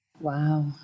Wow